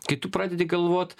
kai tu pradedi galvot